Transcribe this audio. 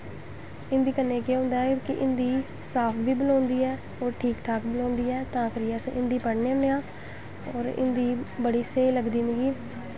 हिन्दी कन्नै केह् होंदा ऐ कि हिन्दी साफ बी बलोंदी ऐ होर ठीक ठाक बी बलोंदी ऐ तां करियै अस हिन्दी पढ़ने होन्ने आं होर हिन्दी बड़ी स्हेई लगदी मिगी